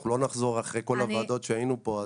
אנחנו לא נחזור עליהן אחרי כל הוועדות שהיינו בהן פה.